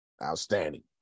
Outstanding